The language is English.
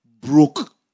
broke